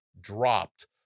dropped